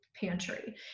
pantry